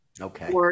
Okay